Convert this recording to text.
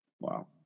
Wow